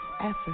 effort